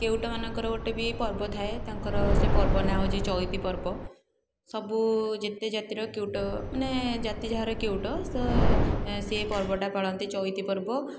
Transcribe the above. କେଉଟମାନଙ୍କର ଗୋଟେ ବି ପର୍ବ ଥାଏ ତାଙ୍କର ସେ ପର୍ବ ନା ହେଉଛି ଚଇତି ପର୍ବ ସବୁ ଯେତେ ଜାତିର କେଉଟମାନେ ଜାତି ଯାହାର କେଉଟ ସ ସେ ପର୍ବଟା ପାଳନ୍ତି ଚଇତି ପର୍ବ